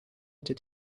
did